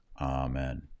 Amen